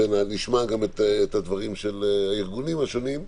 ונשמע גם את הדברים של הארגונים השונים,